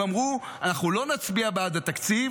הם אמרו: אנחנו לא נצביע בעד התקציב